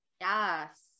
Yes